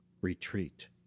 retreat